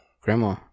Grandma